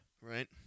Right